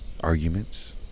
Arguments